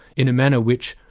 in a manner which,